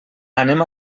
anem